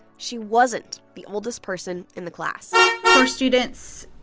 she wasn't the oldest person in the class for students,